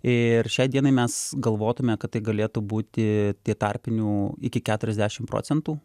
ir šiai dienai mes galvotume kad tai galėtų būti tie tarpinių iki keturiasdešimt procentų